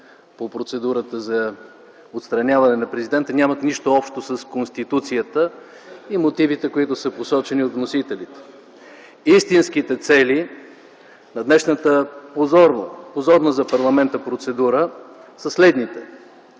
по процедурата за отстраняване на президента нямат нищо общо с Конституцията и мотивите, които са посочени от вносителите. Истинските цели на днешната позорна за парламента процедура са следните.